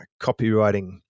copywriting